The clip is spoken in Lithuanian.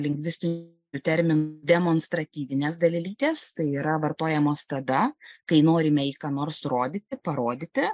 lingvistiniu terminu demonstratyvinės dalelytės tai yra vartojamos tada kai norime į ką nors rodyti parodyti